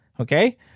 okay